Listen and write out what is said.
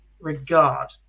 regard